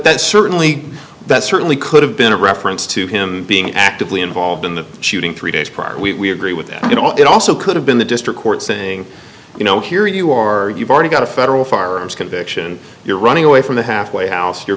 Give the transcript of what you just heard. that certainly that certainly could have been a reference to him being actively involved in the shooting three days prior we agree with that you know it also could have been the district court saying you know here you are you've already got a federal firearms conviction you're running away from the halfway house you're